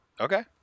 Okay